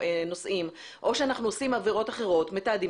או מתעדים עבירות אחרות שאנחנו עושים,